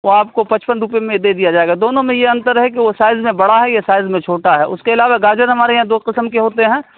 وہ آپ کو پچپن روپے میں دے دیا جائے گا دونوں میں یہ انتر ہے کہ وہ سائز میں بڑا ہے یہ سائز میں چھوٹا ہے اس کے علاوہ گاجر ہمارے یہاں دو قسم کے ہوتے ہیں